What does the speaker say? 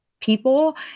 people